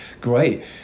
great